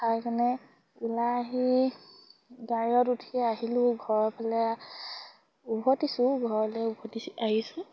খাইকেনে ওলাই আহি গাড়ীত উঠি আহিলোঁ ঘৰৰ ফালে উভতিছোঁ ঘৰলে উভতি আহিছোঁ